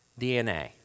DNA